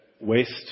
waste